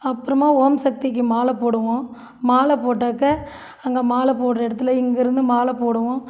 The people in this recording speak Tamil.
அப்புறமா ஓம் சக்திக்கு மாலை போடுவோம் மாலை போட்டாக்க அங்கே மாலை போடுற இடத்துல இங்கேருந்து மாலை போடுவோம்